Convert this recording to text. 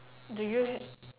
do you